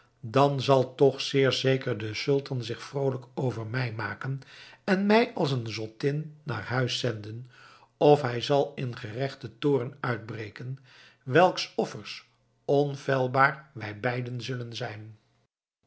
dan zal toch zeer zeker de sultan zich vroolijk over mij maken en mij als een zottin naar huis zenden of hij zal in gerechten toorn uitbreken welks offers onfeilbaar wij beiden zullen zijn